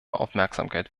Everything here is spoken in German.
aufmerksamkeit